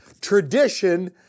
tradition